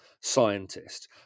Scientist